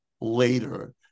later